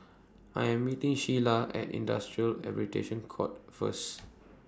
I Am meeting Sheilah At Industrial Arbitration Court First